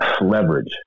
leverage